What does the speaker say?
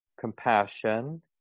compassion